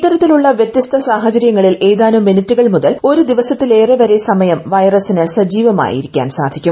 ഇത്തരത്തിലുള്ള വ്യത്യസ്ത സാഹചര്യങ്ങളിൽ ഏതാനും മിനിറ്റുകൾ മുതൽ ഒരു ദിവസത്തിലേറെ വരെ വൈറസിന് സജീവമായിരിക്കാൻ സാധിക്കും